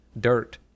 dirt